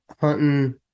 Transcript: hunting